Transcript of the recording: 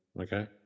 Okay